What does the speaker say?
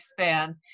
Lifespan